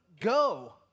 go